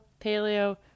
paleo